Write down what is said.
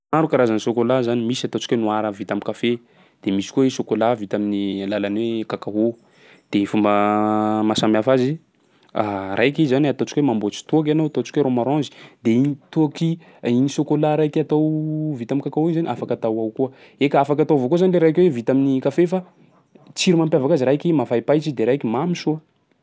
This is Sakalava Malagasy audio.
Maro karazany chocolat zany, misy ataontsika hoe noir vita am'kafe de misy koa i chocolat vita amin'ny alalan'ny hoe cacao. De ny fomba maha-samy hafa azy: raiky i zany ataontsika hoe mamboatsy toaky ianao ataontsika hoe rhum arrange, de igny toaky igny chocolat raiky atao vita am'cacao iny zany afaka atao ao koa. Eka, afaky atao avao koa zany le raika hoe vita amin'ny kafe fa tsiro mampiavaka azy, raiky mafaipaitsy, de raiky mamy soa.